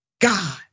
God